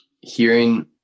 Hearing